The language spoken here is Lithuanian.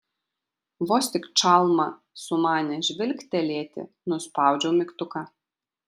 vos tik čalma sumanė žvilgtelėti nuspaudžiau mygtuką